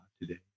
today